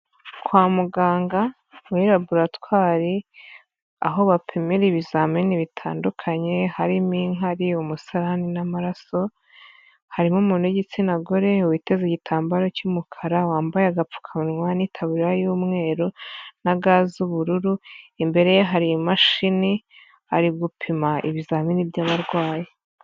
Kwa muganga muri laboratwari, aho bapimira ibizamini bitandukanye, harimo inkari, umusarani n'amaraso, harimo umuntu w'igitsina gore, witeze igitambaro cy'umukara, wambaye agapfukanwa n'itaburiya y'umweru na ga z'ubururu, imbere ye hari imashini, ari gupima ibizamini byabarwayi.